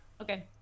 Okay